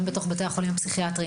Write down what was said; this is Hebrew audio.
גם בתוך בתי החולים הפסיכיאטריים,